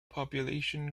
population